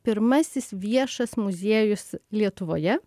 pirmasis viešas muziejus lietuvoje